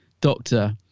Doctor